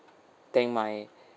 thank my